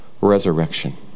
resurrection